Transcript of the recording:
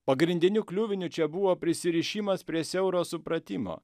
pagrindiniu kliuviniu čia buvo prisirišimas prie siauro supratimo